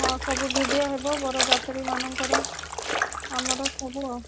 ହଁ ସବୁ ଭିଡ଼ିଓ ହେବ ବରଯାତ୍ରୀମାନଙ୍କର ଆମର ସବୁ ଆଉ